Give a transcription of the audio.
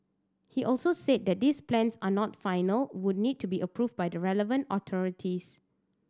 he also said that these plans are not final would need to be approved by the relevant authorities